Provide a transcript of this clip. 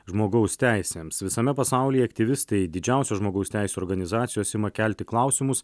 žmogaus teisėms visame pasaulyje aktyvistai didžiausios žmogaus teisių organizacijos ima kelti klausimus